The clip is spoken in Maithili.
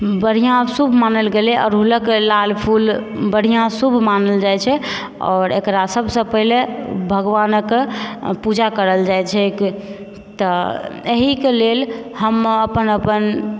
बढ़िऑं शुभ मानल गेलै अरहुलक लाल फूल बढ़िऑं शुभ मानल जाइ छै आओर एकरा सभसँ पहिले भगवानक पूजा करल जाइ छैक तऽ एहि के लेल हम अपन अपन